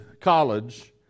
college